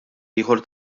ieħor